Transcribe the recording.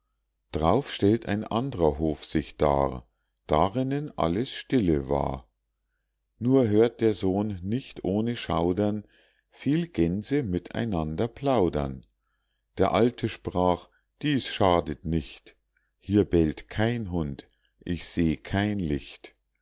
d'rauf stellt ein andrer hof sich dar darinnen alles stille war nur hört der sohn nicht ohne schaudern viel gänse mit einander plaudern der alte sprach dies schadet nicht hier bellt kein hund ich seh kein licht